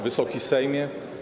Wysoki Sejmie!